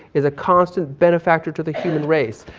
is a constant benefactor to the human race.